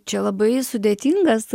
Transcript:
čia labai sudėtingas